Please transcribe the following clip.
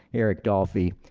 eric dolphy,